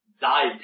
died